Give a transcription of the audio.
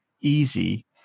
easy